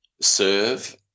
serve